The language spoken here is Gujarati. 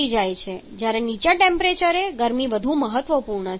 જ્યારે નીચા ટેમ્પરેચરે ગરમી વધુ મહત્વપૂર્ણ છે